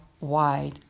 wide